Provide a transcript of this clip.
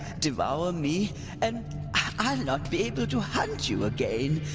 devour me and i'll not be able to hunt you again.